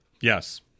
Yes